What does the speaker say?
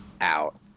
out